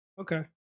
okay